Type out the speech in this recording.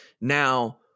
Now